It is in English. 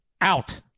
out